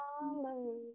follow